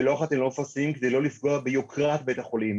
שלא אחת הם לא מפרסמים כדי לא לפגוע ביוקרת בית החולים,